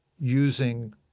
using